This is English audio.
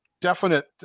definite